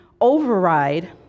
override